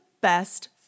best